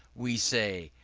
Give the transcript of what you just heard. we say,